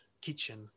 kitchen